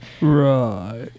Right